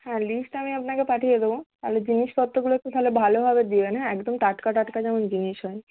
হ্যাঁ লিস্ট আমি আপনাকে পাঠিয়ে দেবো তাহলে জিনিসপত্রগুলো একটু তাহলে ভালোভাবে দিবেন হ্যাঁ একদম টাটকা টাটকা যেন জিনিস হয়